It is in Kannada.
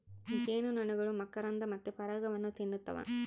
ಜೇನುನೊಣಗಳು ಮಕರಂದ ಮತ್ತೆ ಪರಾಗವನ್ನ ತಿನ್ನುತ್ತವ